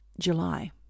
July